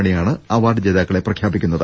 മണിയാണ് അവാർഡ് ജേതാക്കളെ പ്രഖ്യാ പിക്കുന്നത്